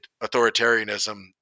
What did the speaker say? authoritarianism